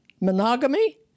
Monogamy